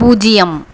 பூஜ்யம்